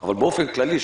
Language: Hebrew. אבל באופן כללי,